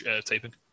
taping